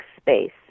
space